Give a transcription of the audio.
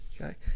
Okay